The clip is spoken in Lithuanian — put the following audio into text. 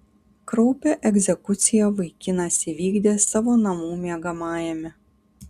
kraupią egzekuciją vaikinas įvykdė savo namų miegamajame